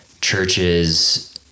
churches